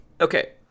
okay